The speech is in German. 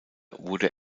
wurde